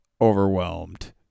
overwhelmed